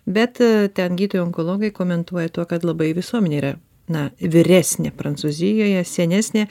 bet ten gydytojai onkologai komentuoja tuo kad labai visuomenė yra na vyresnė prancūzijoje senesnė